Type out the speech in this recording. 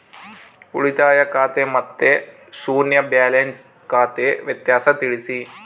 ಉಳಿತಾಯ ಖಾತೆ ಮತ್ತೆ ಶೂನ್ಯ ಬ್ಯಾಲೆನ್ಸ್ ಖಾತೆ ವ್ಯತ್ಯಾಸ ತಿಳಿಸಿ?